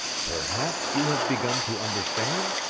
perhaps you have begun to understand!